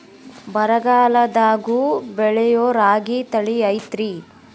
ಬರಗಾಲದಾಗೂ ಬೆಳಿಯೋ ರಾಗಿ ತಳಿ ಐತ್ರಿ?